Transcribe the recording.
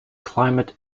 climate